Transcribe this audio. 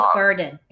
burden